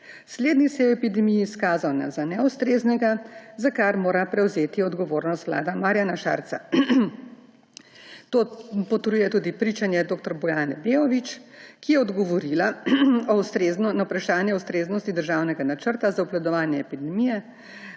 Slednji se je v epidemiji izkazal za neustreznega, za kar mora prevzeti odgovornost vlada Marjana Šarce. To potrjuje tudi pričanje dr. Bojane Beović, ki je odgovorila na vprašanje o ustreznosti državnega načrta za obvladovanje epidemije,